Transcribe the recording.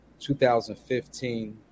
2015